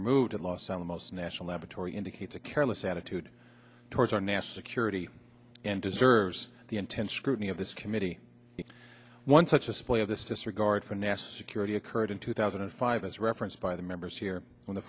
removed at los alamos national laboratory indicates a careless attitude towards our national security and deserves the intense scrutiny of this committee one such a splay of this disregard for national security occurred in two thousand and five as referenced by the members here when the